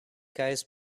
guys